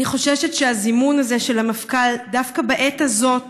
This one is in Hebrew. אני חוששת שהזימון הזה של המפכ"ל דווקא בעת הזאת